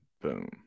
boom